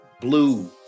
blue